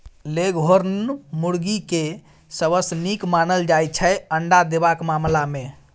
leghorn मुरगी केँ सबसँ नीक मानल जाइ छै अंडा देबाक मामला मे